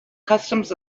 customs